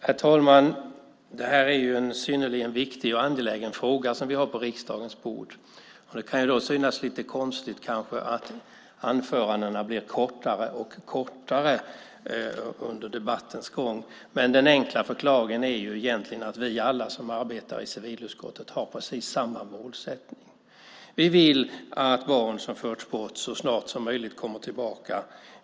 Herr talman! Det här är en synnerligen viktig och angelägen fråga som vi har på riksdagens bord. Det kan då synas lite konstigt kanske att anförandena blir kortare och kortare under debattens gång. Men den enkla förklaringen är egentligen att vi alla som arbetar i civilutskottet har precis samma målsättning. Vi vill att barn som har förts bort så snart som möjligt kommer tillbaka.